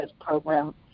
program